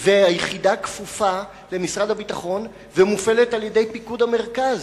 היחידה כפופה למשרד הביטחון ומופעלת על-ידי פיקוד מרכז.